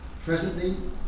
Presently